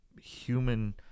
human